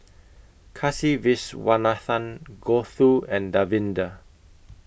Kasiviswanathan Gouthu and Davinder